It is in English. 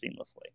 seamlessly